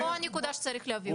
אביא לך שתי דוגמאות.